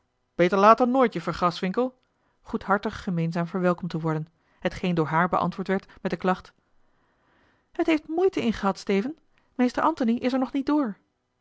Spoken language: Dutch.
eter dan nooit juffer graswinckel goedhartig gemeenzaam verwelkomd te worden hetgeen door haar beantwoord werd met de klacht het heeft moeite in gehad steven meester antony is er nog niet door